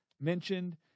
mentioned